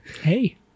hey